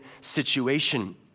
situation